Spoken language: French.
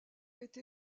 été